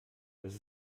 das